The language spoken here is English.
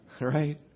Right